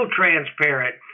transparent